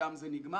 שם זה נגמר.